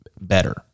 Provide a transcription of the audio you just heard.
better